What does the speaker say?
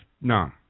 no